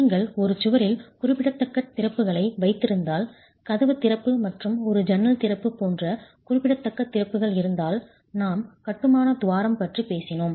நீங்கள் ஒரு சுவரில் குறிப்பிடத்தக்க திறப்புகளை வைத்திருந்தால் கதவு திறப்பு மற்றும் ஒரு ஜன்னல் திறப்பு போன்ற குறிப்பிடத்தக்க திறப்புகள் இருந்தால் நாம் கட்டுமான துவாரம் பற்றி பேசினோம்